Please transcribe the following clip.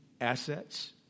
assets